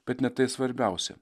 bet ne tai svarbiausia